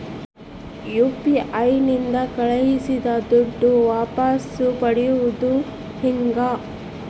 UPI ನಿಂದ ಕಳುಹಿಸಿದ ದುಡ್ಡು ವಾಪಸ್ ಪಡೆಯೋದು ಹೆಂಗ?